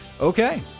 Okay